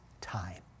time